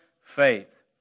faith